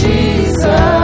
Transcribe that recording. Jesus